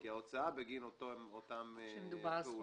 בגלל ההוצאה בגין אותן פעולות.